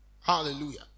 Hallelujah